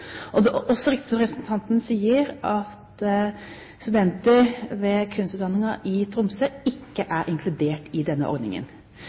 Det er også riktig som representanten sier, at studenter ved kunstutdanningen i Tromsø ikke er inkludert i denne ordningen.